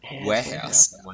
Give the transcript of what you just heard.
Warehouse